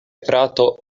frato